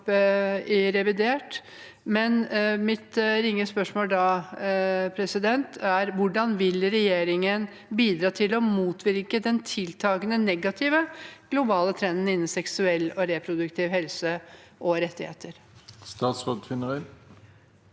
Mitt ringe spørsmål er da: Hvordan vil regjeringen bidra til å motvirke den tiltakende negative globale trenden innen seksuell og reproduktiv helse og seksuelle